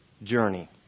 journey